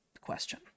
question